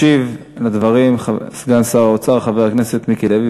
ישיב על הדברים סגן שר האוצר חבר הכנסת מיקי לוי,